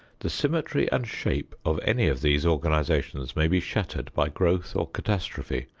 the symmetry and shape of any of these organizations may be shattered by growth or catastrophe,